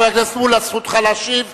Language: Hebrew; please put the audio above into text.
חבר הכנסת מולה, זכותך להשיב,